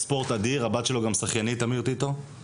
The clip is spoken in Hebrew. צהרים טובים לכולם.